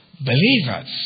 believers